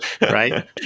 right